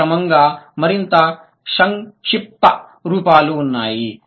ఈ క్రమంగా మరింత సంక్షిప్త రూపాలు ఉన్నాయి